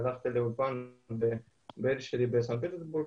הלכתי לאולפן בסנט פטרבורג